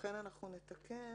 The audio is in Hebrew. לכן נתקן